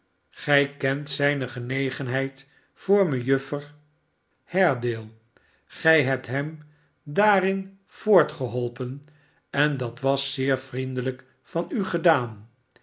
gij kent zijne genegenheid voor mejuffer haredale gij hebt hem daarin voortgeholpen en dat was zeer vriendelijk van u gedaan